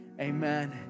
amen